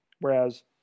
whereas